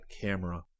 camera